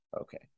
Okay